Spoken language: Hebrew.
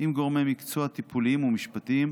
עם גורמי מקצוע טיפוליים ומשפטיים,